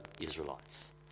Israelites